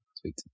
Sweet